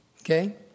Okay